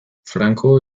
franco